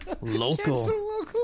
local